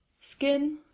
Skin